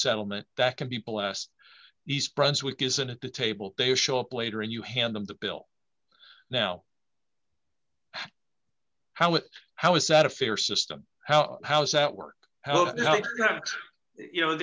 settlement that can be blessed east brunswick isn't at the table they show up later and you hand them the bill now how it how is that a fair system how our house at work got you know